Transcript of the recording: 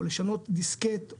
או לשנות דיסקט,